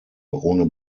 ohne